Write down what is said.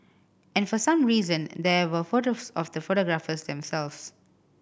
and for some reason there were photos of the photographers themselves